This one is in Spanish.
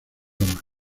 idiomas